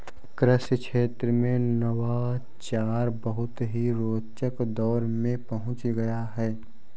कृषि क्षेत्र में नवाचार बहुत ही रोचक दौर में पहुंच गया है